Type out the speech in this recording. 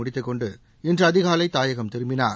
முடித்துக் கொண்டு இன்று அதிகாலை தாயகம் திரும்பினார்